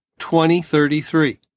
2033